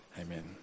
Amen